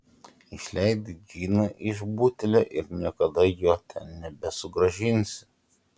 išleidai džiną iš butelio ir niekada jo ten nebesugrąžinsi